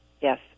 Yes